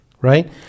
right